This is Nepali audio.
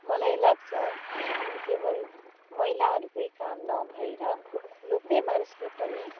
मलाई लाग्छ कुकिङ केवल महिलाहरू कै काम नभएर लोग्ने मानिसले पनि